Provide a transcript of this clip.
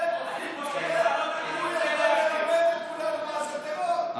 יכול ללמד את כולנו מה זה טרור,